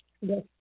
Yes